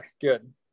good